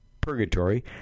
purgatory